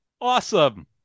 awesome